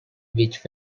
which